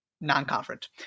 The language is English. non-conference